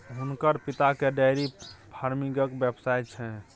हुनकर पिताकेँ डेयरी फार्मिंगक व्यवसाय छै